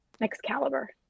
Excalibur